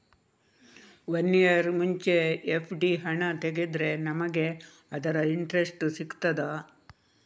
One year ಮುಂಚೆ FD ಹಣ ತೆಗೆದ್ರೆ ನಮಗೆ ಅದರ ಇಂಟ್ರೆಸ್ಟ್ ಸಿಗ್ತದ?